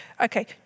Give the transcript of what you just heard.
Okay